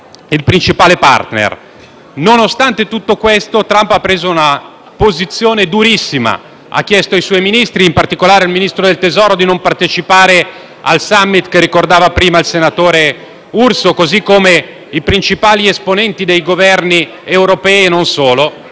il principale *partner*. Nonostante tutto questo, Trump ha preso una posizione durissima, chiedendo ai suoi Ministri - in particolare al Ministro del tesoro - di non partecipare al *summit* che ha ricordato prima il senatore Urso, così come fatto anche dai principali esponenti dei Governi europei e non solo